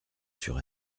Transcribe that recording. sur